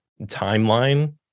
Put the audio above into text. timeline